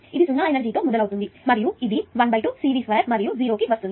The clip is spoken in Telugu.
ఇది 0 ఎనర్జీ తో మొదలవుతుంది మరియు ఇది 12CVc2 మరియు అది 0 కి వస్తుంది